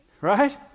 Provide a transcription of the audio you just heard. Right